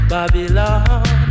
Babylon